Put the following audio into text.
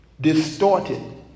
distorted